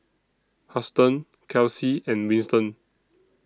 Huston Kelsea and Winston